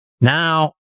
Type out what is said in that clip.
Now